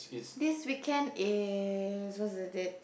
this weekend is what's the date